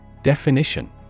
Definition